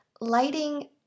lighting